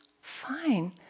fine